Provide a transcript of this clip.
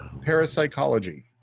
Parapsychology